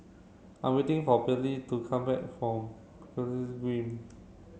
I'm waiting for Pearley to come back from